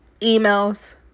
Emails